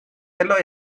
yellow